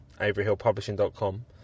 averyhillpublishing.com